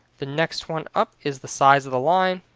the next one up is the size of the line.